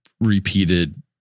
repeated